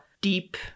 deep